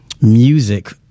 music